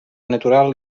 natural